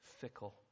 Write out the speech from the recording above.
fickle